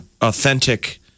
authentic